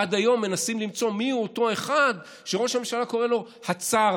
עד היום מנסים למצוא מיהו אותו אחד שראש הממשלה קורא לו "הצאר",